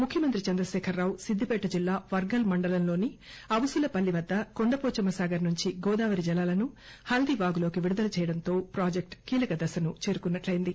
ముఖ్యమంత్రి చంద్రశేఖర్ రావు సిద్దిపేట జిల్లా వర్గల్ మండలంలోని అవుసులపల్లి వద్ద కొండవోచమ్మ సాగర్ నుండి గోదావరి జలాలను హల్దీ వాగులోకి విడుదల చేయడంతో ప్రాజెక్టు కీలక దశను చేరుకున్నట్లయ్యింది